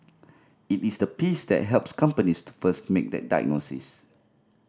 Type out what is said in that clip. it is the piece that helps companies to first make that diagnosis